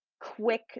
quick